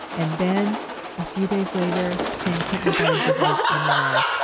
and then a few days later, san quentin barred visitors anyway.